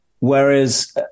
Whereas